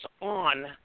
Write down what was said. on